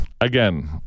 again